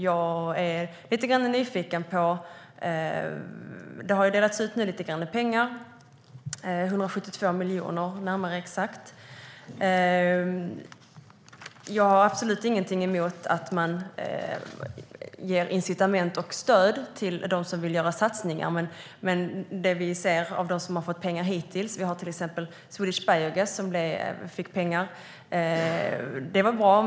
Jag är lite nyfiken på det. Det har delats ut lite grann pengar, närmare exakt 172 miljoner. Jag har absolut ingenting emot att man ger incitament och stöd till dem som vill göra satsningar. Men vi har sett hur det har gått för dem som hittills har fått pengar. Till exempel fick Swedish Biogas pengar. Det var bra.